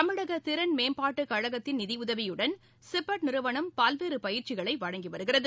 தமிழக திறன்மேம்பாட்டு கழகத்தின் நிதி உதவியுடன் சிப்பெட் நிறுவனம் பல்வேறு பயிற்சிகளை வழங்கி வருகிறது